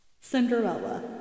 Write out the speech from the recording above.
Cinderella